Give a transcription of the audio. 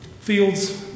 fields